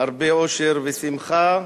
הרבה אושר, שמחה,